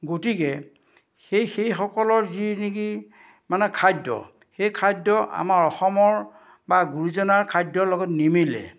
গতিকে সেই সেইসকলৰ যি নেকি মানে খাদ্য সেই খাদ্য আমাৰ অসমৰ বা গুৰুজনাৰ খাদ্যৰ লগত নিমিলে